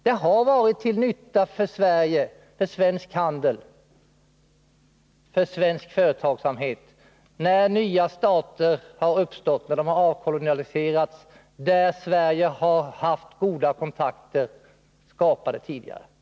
Det har varit till nytta för Sverige, för svensk handel och för svensk företagsamhet när stater har avkoloniserats eller nya stater har uppstått att Sverige där har haft goda kontakter, som skapats tidigare.